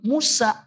Musa